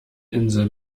insel